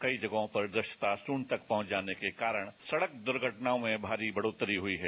कई जगहों पर दृश्यता शून्य तक पहुंच जाने के कारण सड़क दुर्घटनाओं में भारी बढ़ोत्तरी हुई है